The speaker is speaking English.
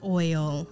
oil